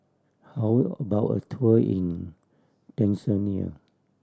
how about a tour in Tanzania